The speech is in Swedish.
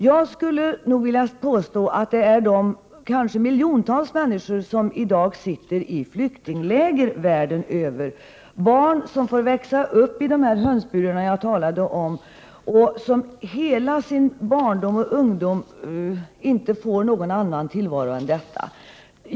Jag skulle vilja påstå att det är de kanske miljontals människor som i dag sitter i flyktingläger världen över, bl.a. barn som får växa upp i de s.k. hönsburarna, som jag talade om, och som under hela sin barndom och ungdomstid inte får någon annan tillvaro än denna.